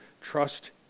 Trust